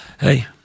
Hey